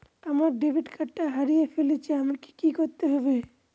আমার ডেবিট কার্ডটা হারিয়ে ফেলেছি আমাকে কি করতে হবে?